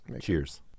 Cheers